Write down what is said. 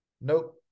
Nope